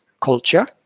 culture